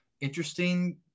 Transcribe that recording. interesting